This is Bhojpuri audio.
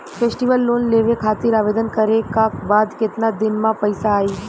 फेस्टीवल लोन लेवे खातिर आवेदन करे क बाद केतना दिन म पइसा आई?